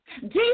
Jesus